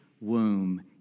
womb